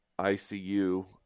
ICU